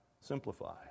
Simplify